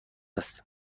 است